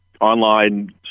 online